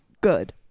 Good